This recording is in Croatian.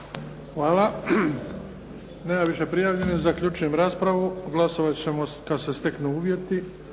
Hvala. Nema više prijavljenih. Zaključujem raspravu. Glasovat ćemo kad se steknu uvjeti.